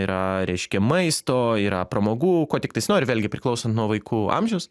yra reiškia maisto yra pramogų ko tiktais nori vėlgi priklauso nuo vaikų amžiaus